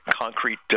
concrete